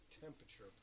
temperature